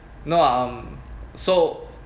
no I'm so